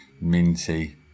minty